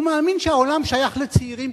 הוא מאמין ש"העולם שייך לצעירים",